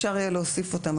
אפשר יהיה להוסיף אותם,